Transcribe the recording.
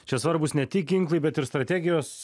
čia svarbūs ne tik ginklai bet ir strategijos